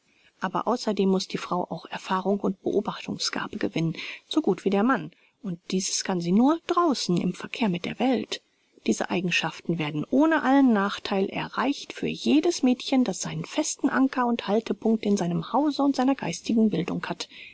aber außerdem muß die frau auch erfahrung und beobachtungsgabe gewinnen so gut wie der mann und dieses kann sie nur draußen im verkehr mit der welt diese eigenschaften werden ohne allen nachtheil erreicht für jedes mädchen das seinen festen anker und haltpunkt in seinem hause und seiner geistigen bildung hat